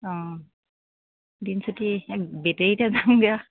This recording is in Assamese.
অঁ দিন চুটি বেটেৰীতে যামগে